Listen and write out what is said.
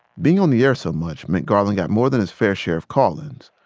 being on the air so much meant garland got more than his fair share of call-ins.